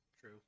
True